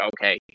okay